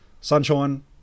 sunshine